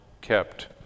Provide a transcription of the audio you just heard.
kept